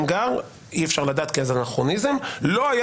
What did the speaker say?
שמגר אי-אפשר לדעת כי זה אנרכוניזם לא היה